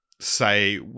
say